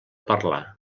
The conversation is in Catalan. parlar